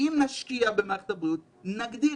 אם נשקיע במערכת הבריאות נגדיל.